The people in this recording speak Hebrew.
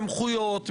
סמכויות,